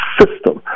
system